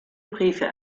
briefe